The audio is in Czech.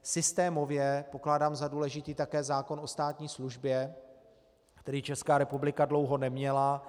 Systémově pokládám za důležitý také zákon o státní službě, který Česká republika dlouho neměla.